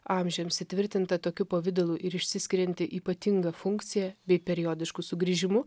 amžiams įtvirtinta tokiu pavidalu ir išsiskirianti ypatinga funkcija bei periodišku sugrįžimu